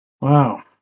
Wow